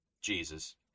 jesus